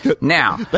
Now